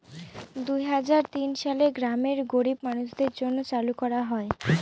দুই হাজার তিন সালে গ্রামের গরীব মানুষদের জন্য চালু করা হয়